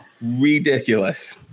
ridiculous